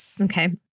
Okay